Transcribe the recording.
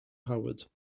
howard